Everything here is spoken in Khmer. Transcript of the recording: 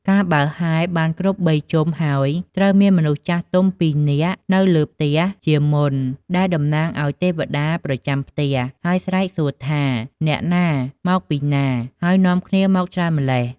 កាលបើហែបានគ្រប់បីជុំហើយ ត្រូវមានមនុស្សចាស់ទុំពីរនាក់នៅលើផ្ទះជាមុន ដែលតំណាងឲ្យទេវតាប្រចាំផ្ទះ ហើយស្រែសួរថា "អ្នកណា ? មកពីណា ? ហើយនាំគ្នាមកច្រើនម៉្លេះ ?។